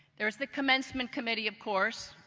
there's the commencement committee of course,